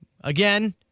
Again